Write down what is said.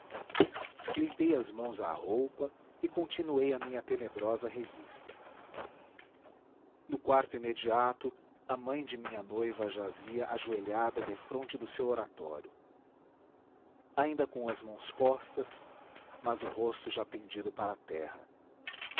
limpei as mãos à roupa e continuei a minha tenebrosa revista no quarto imediato a mãe de minha noiva jazia ajoelhada defronte do seu oratório ainda com as mãos postas mas o rosto já pendido para a terra